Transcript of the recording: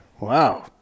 Wow